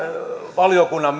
valiokunnan